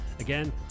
again